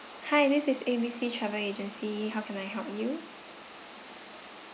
hi this is A B C travel agency how can I help you